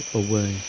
away